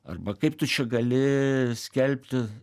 arba kaip tu čia gali skelbti